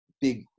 big